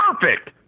perfect